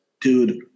dude